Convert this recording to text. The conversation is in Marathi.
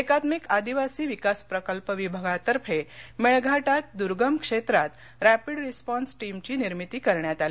एकात्मिक आदिवासी प्रकल्प विभागातर्फे मेळघाटात दुर्गम क्षेत्रात रॅपिड रिस्पॅन्स टीमची निर्मिती करण्यात आली